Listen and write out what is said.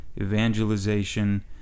evangelization